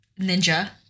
ninja